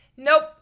Nope